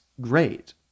great